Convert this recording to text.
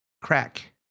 crack